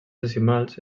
decimals